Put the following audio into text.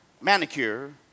Manicure